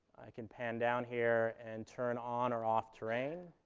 i can pan down here and turn on or off terrain.